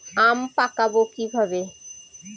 আম পাকাবো কিভাবে?